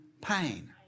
pain